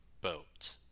boat